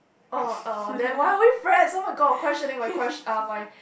oh uh then why are we friends oh-my-god I'm questioning my ques~ uh my